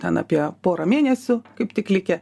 ten apie porą mėnesių kaip tik likę